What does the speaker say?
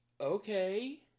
okay